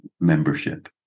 membership